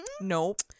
Nope